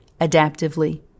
adaptively